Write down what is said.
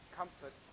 comfort